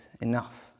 enough